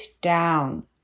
down